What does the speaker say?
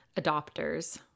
adopters